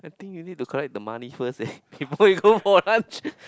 I think you need to collect the money first eh before you go for lunch